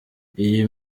iyi